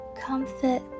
comfort